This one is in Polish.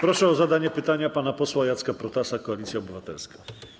Proszę o zadanie pytania pana posła Jacka Protasa, Koalicja Obywatelska.